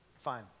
fine